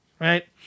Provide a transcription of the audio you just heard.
Right